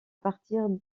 partir